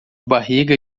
barriga